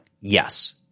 yes